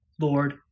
Lord